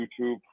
YouTube